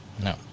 no